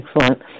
excellent